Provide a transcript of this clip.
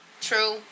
true